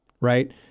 right